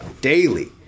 daily